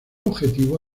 objetivo